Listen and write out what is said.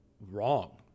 wrong